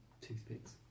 toothpicks